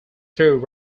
through